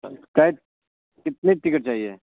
کے کتنی ٹکٹ چاہیے